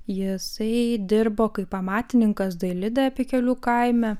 jisai dirbo kaip amatininkas dailidė pikelių kaime